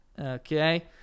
okay